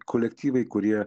kolektyvai kurie